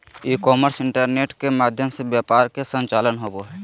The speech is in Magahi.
ई कॉमर्स इंटरनेट के माध्यम से व्यापार के संचालन होबा हइ